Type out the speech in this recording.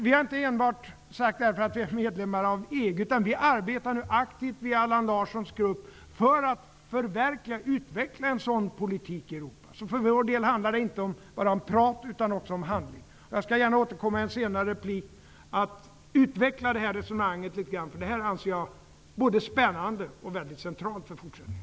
Vi har inte sagt detta enbart därför att vi vill bli medlemmar i EG, utan vi arbetar aktivt i Allan Larssons grupp för att förverkliga och utveckla en sådan politik i Europa. För vår del handlar det inte enbart om prat utan också om handling. Jag skall gärna återkomma i en senare replik och utveckla detta resonemang, för det här anser jag är både spännande och väldigt centralt för fortsättningen.